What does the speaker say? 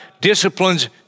disciplines